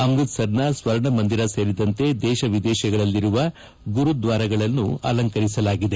ಅಮೃತಸರ್ನ ಸ್ವರ್ಣಮಂದಿರ ಸೇರಿದಂತೆ ದೇಶ ವಿದೇಶಗಳಲ್ಲಿರುವ ಗುರುದ್ವಾರಗಳನ್ನು ಅಲಂಕರಿಸಲಾಗಿದೆ